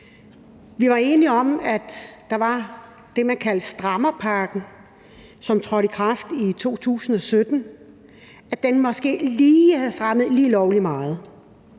Vi var enige om, at det, man kaldte strammerpakken, som trådte i kraft i 2017, måske havde strammet lige lovlig meget.